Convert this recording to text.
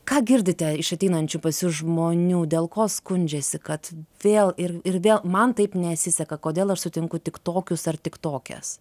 ką girdite iš ateinančių pas jus žmonių dėl ko skundžiasi kad vėl ir ir vėl man taip nesiseka kodėl aš sutinku tik tokius ar tik tokias